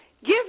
Give